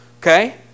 Okay